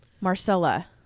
Marcella